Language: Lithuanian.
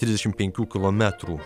trisdešim penkių kilometrų